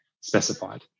specified